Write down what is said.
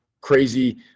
crazy